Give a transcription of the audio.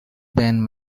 band